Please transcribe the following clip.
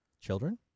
Children